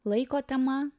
laiko tema